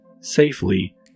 safely